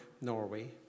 Norway